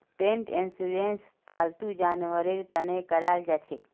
पेट insurance फालतू जानवरेर तने कराल जाछेक